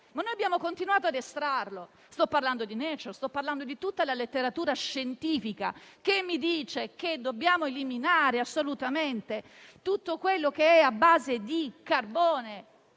invece abbiamo continuato a estrarlo. Sto parlando di «Nature», sto parlando di tutta la letteratura scientifica che ci dice che dobbiamo assolutamente eliminare tutto quello che è a base di carbone,